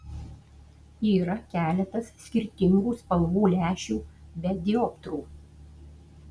yra keletas skirtingų spalvų lęšių be dioptrų